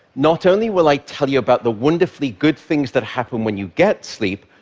not only will i tell you about the wonderfully good things that happen when you get sleep,